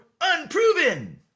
unproven